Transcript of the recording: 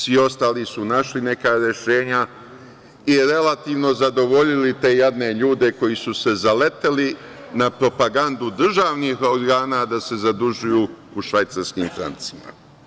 Svi ostali su našli neka rešenja i relativno zadovoljili te jadne ljude koji su se zaleteli na propagandu državnih organa da se zadužuju u švajcarskim francima.